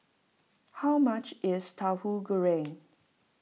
how much is Tauhu Goreng